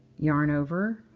yarn over,